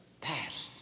Past